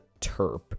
terp